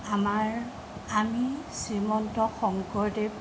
আমাৰ আমি শ্ৰীমন্ত শংকৰদেৱ